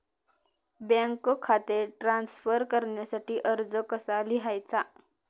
Bank खाते transfer करण्यासाठी अर्ज कसा लिहायचा?